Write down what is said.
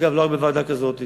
אגב, לא רק בוועדה כזאת.